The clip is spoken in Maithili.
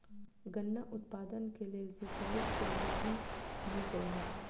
गन्ना उत्पादन केँ लेल सिंचाईक केँ विधि नीक रहत?